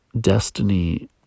Destiny